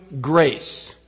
grace